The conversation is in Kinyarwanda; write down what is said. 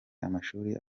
amashuri